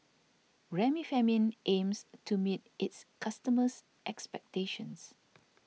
Remifemin aims to meet its customers' expectations